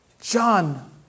John